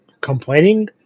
complaining